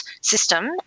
system